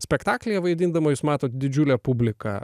spektaklyje vaidindama jūs matot didžiulę publiką